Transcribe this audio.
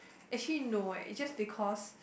actually no eh it's just because